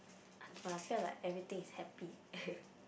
but I feel like everything is happy